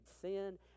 sin